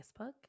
Facebook